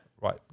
right